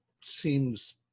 Seems